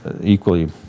equally